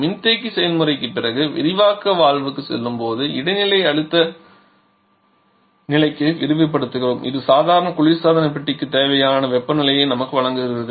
மின்தேக்கி செயல்முறைக்குப் பிறகு விரிவாக்க வால்வுக்குச் செல்லும்போது இடைநிலை அழுத்த நிலைக்கு விரிவுபடுத்துகிறோம் இது சாதாரண குளிர்சாதன பெட்டிக்கு தேவையான வெப்பநிலையை நமக்கு வழங்குகிறது